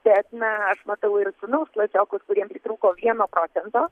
bet na aš matau ir sūnaus klasiokus kuriem pritrūko vieno procento